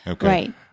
Right